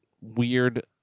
weird